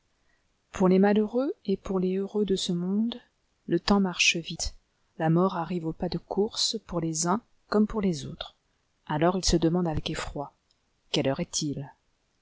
pour les malheureux et pour les heureux de ce monde le temps marche vite la mort arrive au pas de course pour les uns comme pour les autres alors ils se demandent avec effroi quelle heure est-il